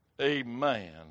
Amen